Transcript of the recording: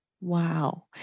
Wow